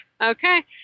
Okay